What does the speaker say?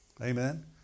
Amen